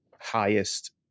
highest